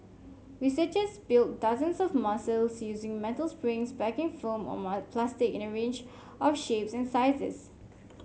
researchers built dozens of muscles using metal springs packing foam or plastic in a range of shapes and sizes